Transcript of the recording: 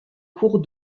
cours